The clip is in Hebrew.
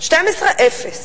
2012, אפס.